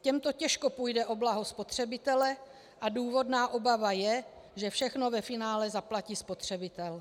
Těmto těžko půjde o blaho spotřebitele a důvodná obava je, že všechno ve finále zaplatí spotřebitel.